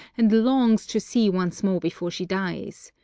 and longs to see once more before she dies.